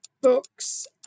books